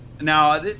now